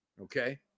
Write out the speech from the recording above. Okay